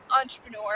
entrepreneur